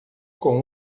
com